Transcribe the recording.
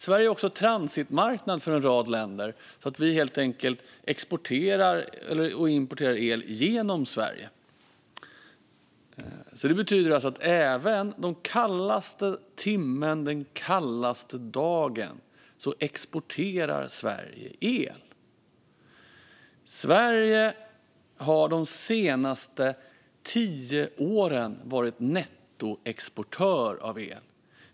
Sverige är också transitmarknad för en rad länder; vi exporterar och importerar el genom Sverige. Det betyder att även den kallaste timmen och den kallaste dagen exporterar Sverige el. Sverige har de senaste tio åren varit nettoexportör av el.